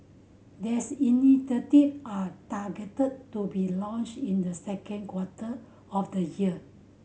these initiative are targeted to be launched in the second quarter of the year